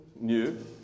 new